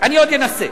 אני עוד אנסה.